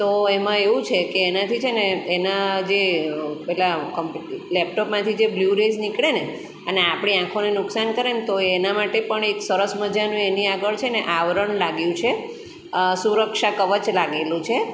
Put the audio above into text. તો એમાં એવું છે કે એનાથી છે ને એના જે પેલા લેપટોપમાંથી જે બ્લૂ રેઝ નીકળે ને અને આપણી આંખોને નુકસાન કરે ને તો એના માટે પણ એક સરસ મજાનું એની આગળ છે ને આવરણ લાગ્યું છે સુરક્ષા કવચ લાગેલું છે